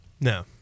no